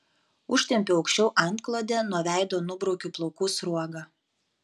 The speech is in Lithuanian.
užtempiu aukščiau antklodę nuo veido nubraukiu plaukų sruogą